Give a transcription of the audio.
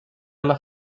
las